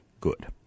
good